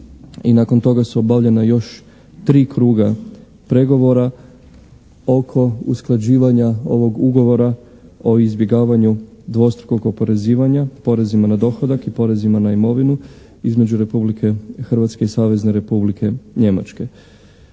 nakon toga su obavljena još tri kruga pregovora oko usklađivanja ovog Ugovora o izbjegavanju dvostrukog oporezivanja porezima na dohodak i porezima na imovinu između Republike Hrvatske i Savezne Republike Njemačke.